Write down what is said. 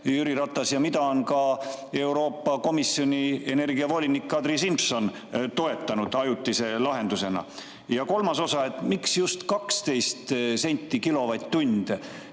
Jüri Ratas toetanud ja ka Euroopa Komisjoni energiavolinik Kadri Simson toetanud ajutise lahendusena. Ja kolmas osa: miks just 12 senti kilovatt-tunni